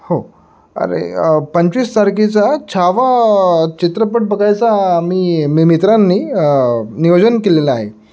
हो अरे पंचवीस तारखेचा छावा चित्रपट बघायचा मी मी मित्रांनी नियोजन केलेला आहे